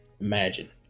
imagine